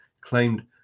claimed